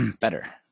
better